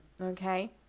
Okay